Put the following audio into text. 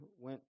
went